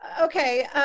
Okay